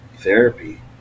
therapy